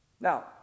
Now